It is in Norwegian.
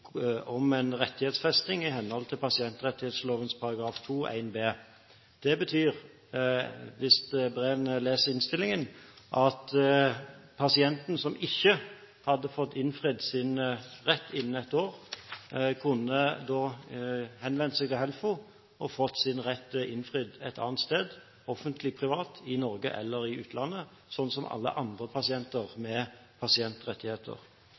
om en rettighetsfesting i henhold til pasientrettighetsloven § 2-1b. Hvis Breen leser innstillingen, vil han se at en pasient som ikke hadde fått innfridd sin rett innen ett år, da kunne henvende seg til HELFO og fått sin rett innfridd et annet sted, offentlig eller privat, i Norge eller i utlandet, som alle andre pasienter med pasientrettigheter.